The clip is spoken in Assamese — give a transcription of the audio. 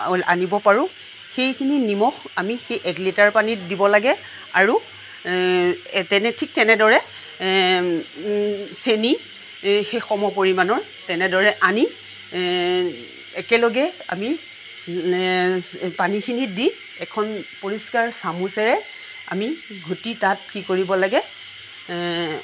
আনিব পাৰোঁ সেইখিনি নিমখ আমি সেই একলিটাৰ পানীত দিব লাগে আৰু ঠিক তেনেদৰে চেনী সেই সমপৰিমাণৰ তেনেদৰে আনি একেলগে আমি পানীখিনিত দি এখন পৰিষ্কাৰ চামুচেৰে আমি ঘুটি তাত কি কৰিব লাগে